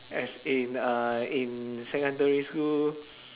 as in uh in secondary school